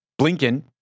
blinken